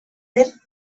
den